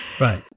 Right